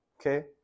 Okay